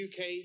UK